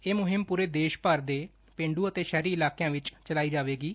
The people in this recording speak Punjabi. ਇਹ ਮੁਹਿੰਮ ਪੂਰੇ ਦੇਸ ਭਰ ਦੇ ਪੇਛੂ ਤੇ ਸ਼ਹਿਰੀ ਇਲਾਕਿਆ ਵਿੱਚ ਚਲਾਈ ਜਾਵੇਗੀ